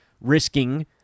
risking